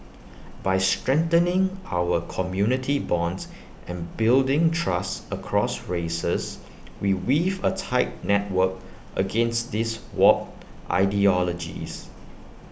by strengthening our community bonds and building trust across races we weave A tight network against these warped ideologies